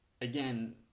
again